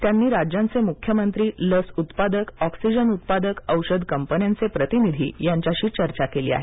त्यांनी राज्यांचे मुख्यमंत्री लस उत्पादक ऑक्सिजन उत्पादक औषध कंपन्यांचे प्रतिनिधी यांच्याशी चर्चा केली आहे